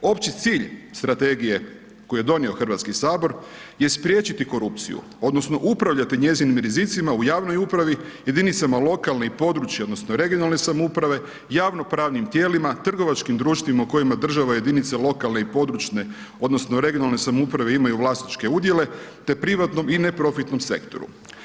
Opći cilj strategije koju je donio Hrvatski sabor je spriječiti korupciju odnosno upravljati njezinim rizicima u javnoj upravi, jedinicama lokalne i područne odnosno regionalne samouprave, javnopravnim tijelima, trgovačkim društvima u kojima država i jedinice i područne odnosno regionalne samouprave imaju vlasničke udjele te privatnom i neprofitnom sektoru.